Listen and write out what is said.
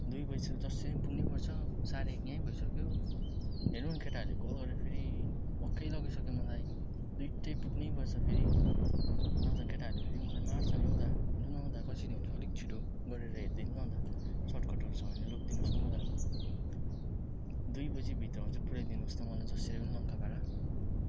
दुई बजी त जसरी पनि पुग्नैपर्छ साढे एक यहीँ भइसक्यो हेर्नु नि केटाहरूले कल गरेर फेरि वाक्कै लगाइसक्यो मलाई दुईवटै पुग्नैपर्छ फेरि नभए त केटाहरूले फेरि मलाई मार्छ नि हौ दा लु न हौ दा कसरी हुन्छ अलिक छिटो गरेर हेरिदिनु न अन्त सर्टकटहरू छ भने लगिदिनु होस् न हौ दा दुई बजीभित्रमा चाहिँ पुर्याइदिनु होस् त मलाई जसरी भए पनि लङ्कापाडा